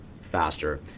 faster